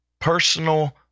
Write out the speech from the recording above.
personal